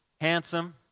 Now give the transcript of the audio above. handsome